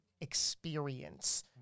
experience